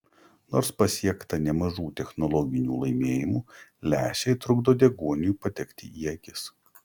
nors pasiekta nemažų technologinių laimėjimų lęšiai trukdo deguoniui patekti į akis